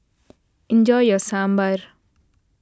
enjoy your Sambar